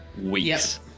weeks